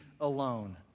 alone